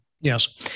Yes